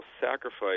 sacrifice